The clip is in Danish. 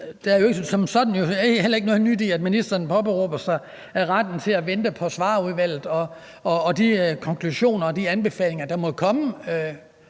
sådan heller ikke noget nyt i, at ministeren påberåber sig retten til at vente på Svarerudvalget og de konklusioner og anbefalinger, der